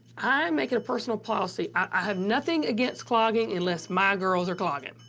i make it a personal policy i have nothing against clogging unless my girls are clogging.